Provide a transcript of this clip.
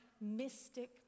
mystic